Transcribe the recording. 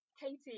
Katie